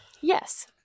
Yes